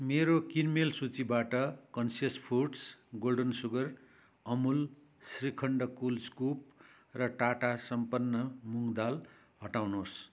मेरो किनमेल सूचीबाट conscious foods golden sugar Amul shrikhand cool scoop र टाटा सम्पन्न मुङ्ग दाल हटाउनुहोस्